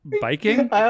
biking